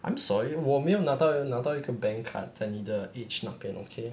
I'm sorry 我没有拿到拿到一个 bank card 在你的 age 那边 okay